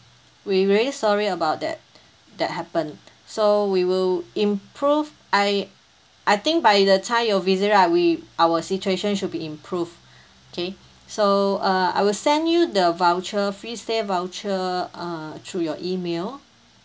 we very sorry about that that happened so we will improve I I think by the time you visit right we our situation should be improved okay so uh I will send you the voucher free stay voucher uh through your email